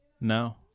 No